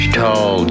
tall